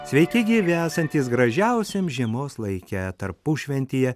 sveiki gyvi esantys gražiausiam žiemos laike tarpušventyje